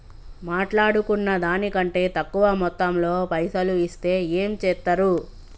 మాట్లాడుకున్న దాని కంటే తక్కువ మొత్తంలో పైసలు ఇస్తే ఏం చేత్తరు?